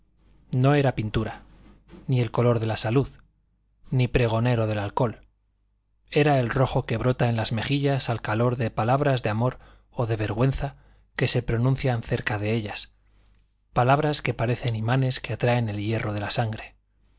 no era pintura ni el color de la salud ni pregonero del alcohol era el rojo que brota en las mejillas al calor de palabras de amor o de vergüenza que se pronuncian cerca de ellas palabras que parecen imanes que atraen el hierro de la sangre